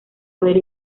haber